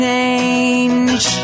change